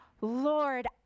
Lord